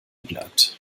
bleibt